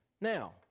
now